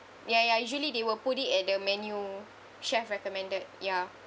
ya ya usually they will put it at the menu chef recommended ya